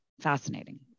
fascinating